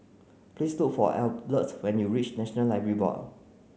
please look for Arleth when you reach National Library Board